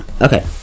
Okay